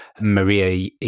Maria